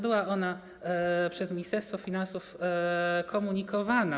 Była ona przez Ministerstwo Finansów komunikowana.